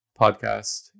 podcast